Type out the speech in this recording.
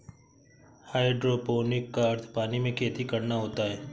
hydroponic का अर्थ पानी में खेती करना होता है